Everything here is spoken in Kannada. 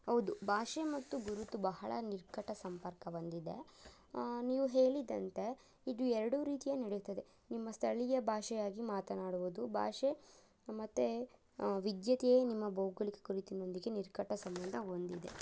ಹೌದು ಭಾಷೆ ಮತ್ತು ಗುರುತು ಬಹಳ ನಿಕಟ ಸಂಪರ್ಕ ಹೊಂದಿದೆ ನೀವು ಹೇಳಿದಂತೆ ಇದು ಎರಡು ರೀತಿಯ ನಡಿತದೆ ನಿಮ್ಮ ಸ್ಥಳೀಯ ಭಾಷೆಯಾಗಿ ಮಾತನಾಡುವುದು ಭಾಷೆ ಮತ್ತು ವಿದ್ಯತೆಯೆ ನಿಮ್ಮ ಭೌಗೋಳಿಕ ಗುರುತಿನೊಂದಿಗೆ ನಿಕಟ ಸಂಬಂಧ ಹೊಂದಿದೆ